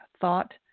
thought